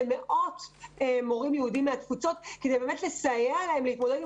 למאות מורים יהודים מהתפוצות כדי לסייע להם להתמודד עם